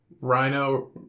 Rhino